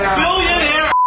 billionaire